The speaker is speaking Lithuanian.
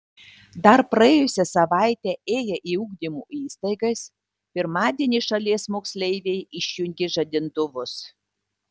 dar praėjusią savaitę ėję į ugdymo įstaigas pirmadienį šalies moksleiviai išjungė žadintuvus